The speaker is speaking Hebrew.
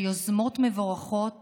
ביוזמות מבורכות